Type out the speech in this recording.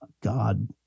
god